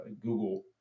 Google